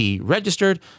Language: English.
registered